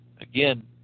again